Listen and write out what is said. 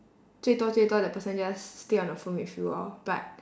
最多最多 the person just stay on the phone with you lor but